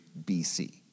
BC